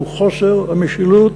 והוא חוסר המשילות,